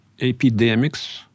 epidemics